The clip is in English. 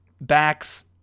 backs